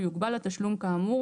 יוגבל התשלום כאמור